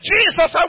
Jesus